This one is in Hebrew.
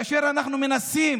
ואנחנו מנסים,